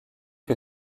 que